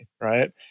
right